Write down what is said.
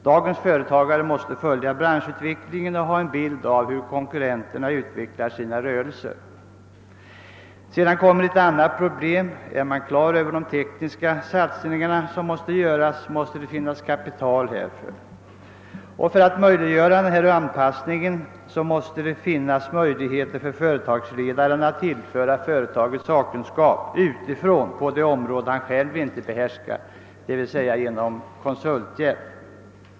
Dagens företagare måste följa branschutvecklingen och ha en bild av hur konkurrenterna utvecklar sina rörelser. Och då uppkommer ett annat problem: är man klar över de tekniska satsningar som behöver göras måste det finnas kapital härför. För att anpassningen skall kunna ge nomföras måste det också finnas möjligheter för företagsledaren att tillföra företaget sakkunskap utifrån på de områden han själv inte behärskar, d. v. s. genom konsulthjälp.